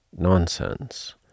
nonsense